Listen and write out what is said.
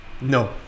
no